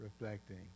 reflecting